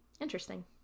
Interesting